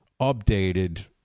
updated